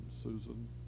susan